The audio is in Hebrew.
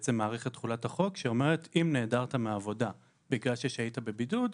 בעצם מאריך את תחולת החוק שאומרת: אם נעדרת מעבודה בגלל שהיית בבידוד,